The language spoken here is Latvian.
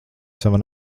sava